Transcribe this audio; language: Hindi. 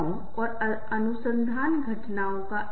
मुझे आगे शुरू करना चाहिए कि रिश्ते क्यों चाहिए